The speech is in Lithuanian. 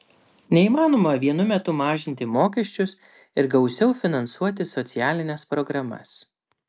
neįmanoma vienu metu mažinti mokesčius ir gausiau finansuoti socialines programas